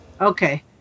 Okay